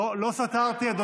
לא סתרתי את הביקורת,